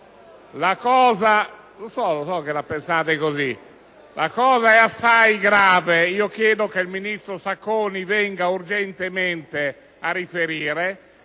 La cosa è assai grave. Chiedo che il ministro Sacconi venga urgentemente a riferire,